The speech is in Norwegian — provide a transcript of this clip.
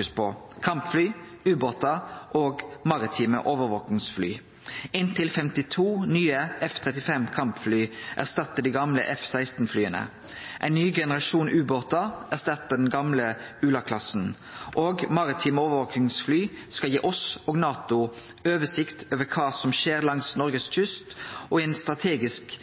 mest på: kampfly, ubåtar og maritime overvakingsfly inntil 52 nye F-35-kampfly erstattar dei gamle F-16-flya. Ein ny generasjon ubåtar erstattar den gamle ULA-klassen. Og maritime overvakingsfly skal gi oss og NATO oversikt over kva som skjer langs Noregs kyst og i ein strategisk